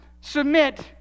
submit